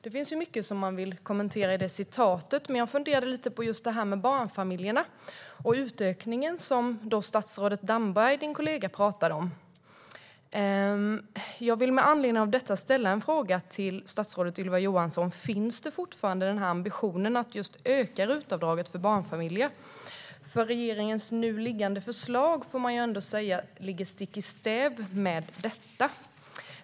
Det finns ju mycket som man vill kommentera i det citatet, men jag funderade lite på det här med barnfamiljerna och utökningen som din kollega statsrådet Damberg då pratade om. Jag vill med anledning av detta ställa en fråga till statsrådet Ylva Johansson. Finns ambitionen att öka RUT-avdraget för barnfamiljer fortfarande kvar? Regeringens nu liggande förslag går stick i stäv med detta.